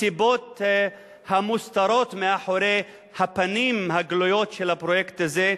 סיבות המוסתרות מאחורי הפנים הגלויות של הפרויקט הזה.